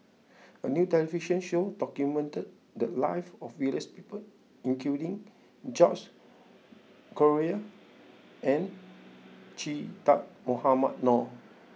a new television show documented the lives of various people including George Collyer and Che Dah Mohamed Noor